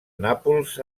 nàpols